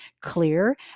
clear